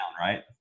right